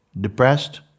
Depressed